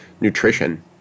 nutrition